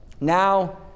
now